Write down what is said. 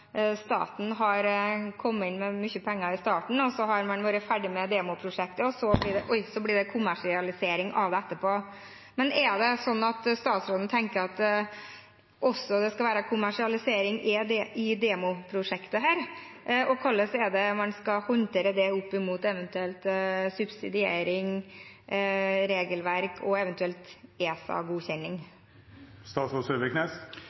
staten har kommet inn med mye penger i starten, så har man vært ferdig med demoprosjektet, og så blir det kommersialisering av det etterpå. Men tenker statsråden at det også skal være kommersialisering i demoprosjektet, og hvordan skal man håndtere det opp mot en eventuell subsidiering, regelverk og